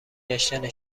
گشتن